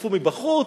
וצירפו מבחוץ,